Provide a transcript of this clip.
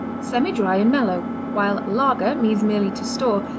semidry and mellow. while lager means merely to store,